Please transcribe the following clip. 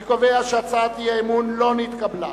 אני קובע שהצעת אי-האמון לא נתקבלה.